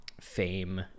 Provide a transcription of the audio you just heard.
fame